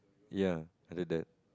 ya I did that